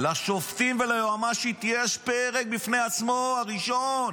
לשופטים וליועמ"שית יש פרק בפני עצמו, הראשון.